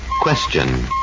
Question